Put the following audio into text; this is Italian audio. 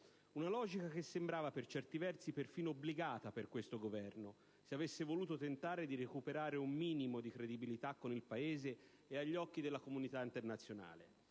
Tale logica sembrava, per certi versi, perfino obbligata per il Governo, se avesse voluto tentare di recuperare un minimo di credibilità con il Paese e agli occhi della comunità internazionale.